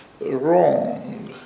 wrong